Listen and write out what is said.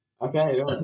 Okay